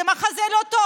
זה מחזה לא טוב.